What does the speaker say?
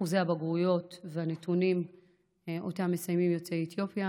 של אחוזי הבגרויות שמסיימים יוצאי אתיופיה,